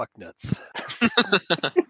Fucknuts